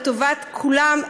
לטובת כולם.